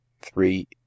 three